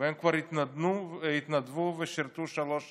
והם כבר התנדבו ושירתו שלוש שנים.